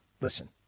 Listen